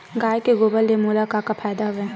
गाय के गोबर ले मोला का का फ़ायदा हवय?